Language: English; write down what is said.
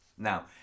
Now